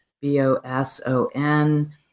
B-O-S-O-N